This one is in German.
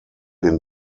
den